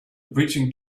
breaching